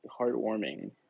heartwarming